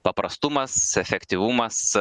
paprastumas efektyvumas